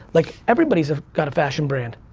like everybody's got a fashion brand,